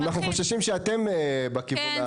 אנחנו חוששים שאתן בכיוון,